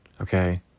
Okay